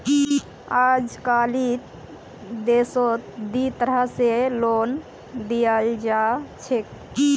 अजकालित देशत दी तरह स लोन दियाल जा छेक